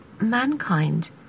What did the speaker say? mankind